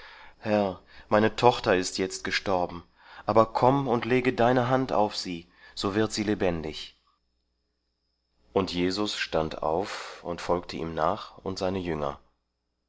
meine tochter ist jetzt gestorben aber komm und lege deine hand auf sie so wird sie lebendig und jesus stand auf und folgte ihm nach und seine jünger